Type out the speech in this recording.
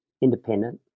independent